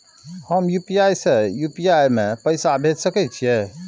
हम यू.पी.आई से यू.पी.आई में पैसा भेज सके छिये?